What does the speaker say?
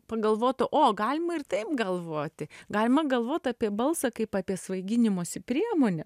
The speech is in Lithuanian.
pagalvotų o galima ir taip galvoti galima galvot apie balsą kaip apie svaiginimosi priemonę